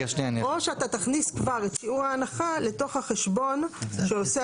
או שאתה תכניס כבר את שיעור ההנחה לתוך החשבון שעושה